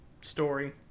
story